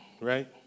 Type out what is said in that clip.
right